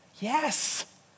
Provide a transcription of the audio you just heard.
Yes